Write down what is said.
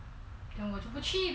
then 我就不去呗